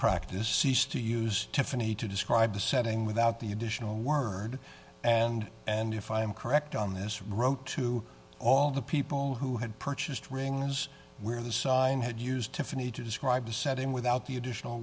practice cease to use tiffany to describe the setting without the additional word and and if i am correct on this row to all the people who had purchased rings where the sign had used to fany to describe the setting without the additional